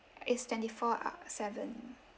it's twenty four uh seven